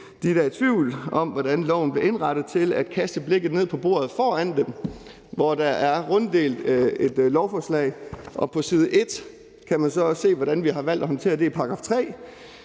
der er i tvivl om, hvordan loven blev indrettet, om at kaste blikket ned på bordet foran sig, hvor der er runddelt et lovforslag, og på side 1 kan man så også se, hvordan vi har valgt at håndtere det i § 3.